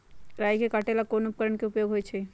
राई के काटे ला कोंन उपकरण के उपयोग होइ छई?